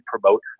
promote